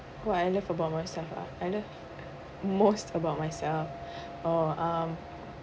what I love about myself ah I love most about myself oh um